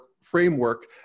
framework